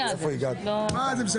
זה מביך,